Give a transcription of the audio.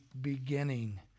beginning